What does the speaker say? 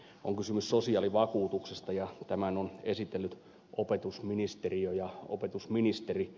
on kysymys sosiaalivakuutuksesta ja tämän on esitellyt opetusministeriö ja opetusministeri